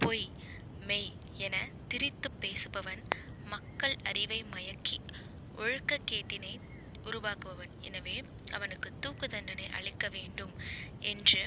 பொய் மெய் என பிரித்து பேசுபவன் மக்கள் அறிவை மயக்கி ஒழுக்க கேட்டினை உருவாக்குபவன் எனவே அவனுக்கு தூக்கு தண்டனை அளிக்க வேண்டும் என்று